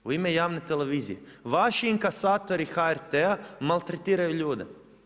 U ime javne televizije, vaši inkasatori HRT-a maltretiraju ljude.